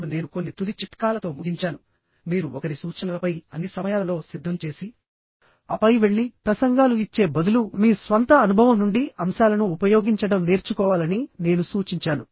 అప్పుడు నేను కొన్ని తుది చిట్కాలతో ముగించాను మీరు ఒకరి సూచనలపై అన్ని సమయాలలో సిద్ధం చేసిఆపై వెళ్లి ప్రసంగాలు ఇచ్చే బదులు మీ స్వంత అనుభవం నుండి అంశాలను ఉపయోగించడం నేర్చుకోవాలని నేను సూచించాను